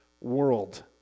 world